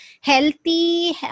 healthy